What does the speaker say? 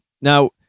Now